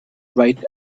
right